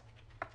כדי להביא